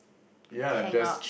hang out